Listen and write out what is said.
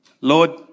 Lord